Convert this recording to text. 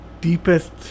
deepest